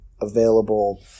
available